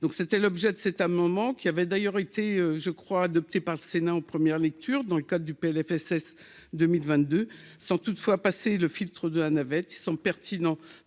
donc c'était l'objet de cet amendement, qui avait d'ailleurs été je crois adopté par le Sénat en première lecture dans le cadre du Plfss 2022, sans toutefois passer le filtre de la navette qui sont pertinents,